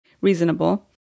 Reasonable